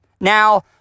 Now